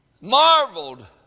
Marveled